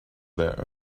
their